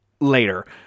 later